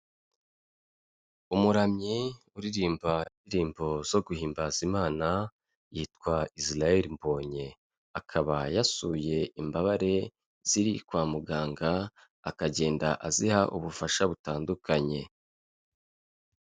Umuramyi uririmba indirimbo zo guhimbaza Imana yitwa Israel Mbonyi, akaba yasuye imbabare ziri kwa muganga akagenda aziha ubufasha butandukanye.